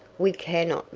we cannot,